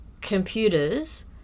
computers